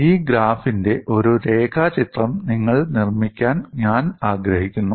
ഈ ഗ്രാഫിന്റെ ഒരു രേഖാചിത്രം നിങ്ങൾ നിർമ്മിക്കാൻ ഞാൻ ആഗ്രഹിക്കുന്നു